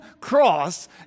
cross